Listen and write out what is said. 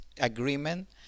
agreement